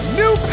new